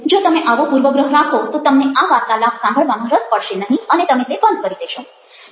જો તમે આવો પૂર્વગ્રહ રાખો તો તમને આ વાર્તાલાપ સાંભળવામાં રસ પડશે નહિ અને તમે તે બંધ કરી દેશો